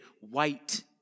white